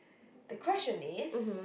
the question is